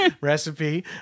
recipe